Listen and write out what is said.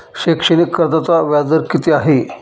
शैक्षणिक कर्जाचा व्याजदर किती आहे?